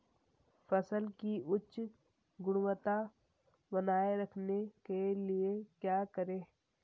फसल की उच्च गुणवत्ता बनाए रखने के लिए क्या करें?